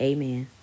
Amen